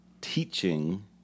teaching